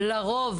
לרוב,